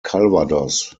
calvados